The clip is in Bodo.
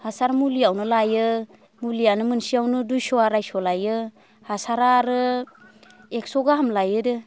हासार मुलियावनो लायो मुलियानो मोनसेयावनो दुइस' आरायस' लायो हासारा आरो एकस' गाहाम लायो